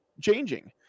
changing